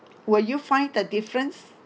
will you find the difference